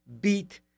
beat